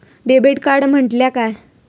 Debit card म्हटल्या काय?